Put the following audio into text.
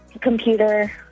computer